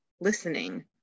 listening